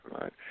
right